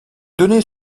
donner